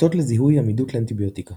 שיטות לזיהוי עמידות לאנטיביוטיקה